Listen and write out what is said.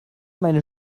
meine